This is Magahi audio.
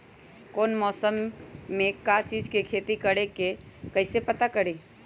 कौन मौसम में का चीज़ के खेती करी कईसे पता करी?